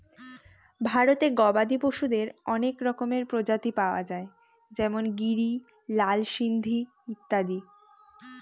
ভারতে গবাদি পশুদের অনেক রকমের প্রজাতি পাওয়া যায় যেমন গিরি, লাল সিন্ধি ইত্যাদি